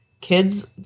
kids